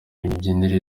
imibyinire